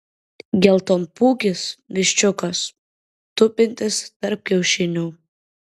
geltonpūkis viščiukas tupintis tarp kiaušinių